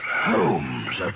Holmes